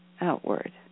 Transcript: outward